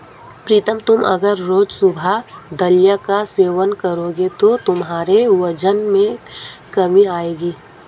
प्रीतम तुम अगर रोज सुबह दलिया का सेवन करोगे तो तुम्हारे वजन में कमी आएगी